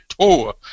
Tour